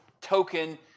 token